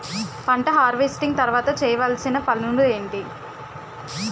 పంట హార్వెస్టింగ్ తర్వాత చేయవలసిన పనులు ఏంటి?